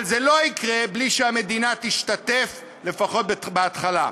אבל זה לא יקרה בלי שהמדינה תשתתף, לפחות בהתחלה.